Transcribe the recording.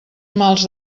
mals